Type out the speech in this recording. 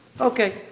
Okay